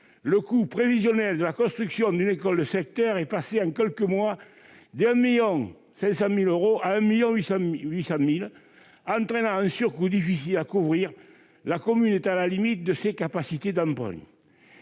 le coût prévisionnel de la construction d'une école de secteur est passé en quelques mois de 1,5 million d'euros à 1,8 million d'euros, entraînant un surcoût difficile à couvrir, la commune étant à la limite de ses capacités d'emprunt.